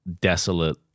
desolate